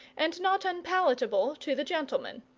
and not unpalatable to the gentleman.